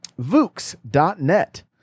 Vooks.net